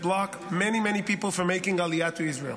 blocks many many people from making Aliyah to Israel.